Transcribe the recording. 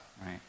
right